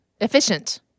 Efficient